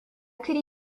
could